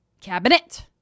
Cabinet